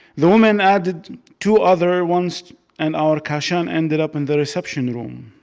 the woman added two other ones and our kashan ended up in the reception room,